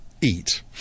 eat